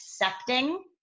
accepting